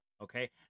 okay